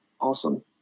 awesome